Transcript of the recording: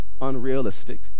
unrealistic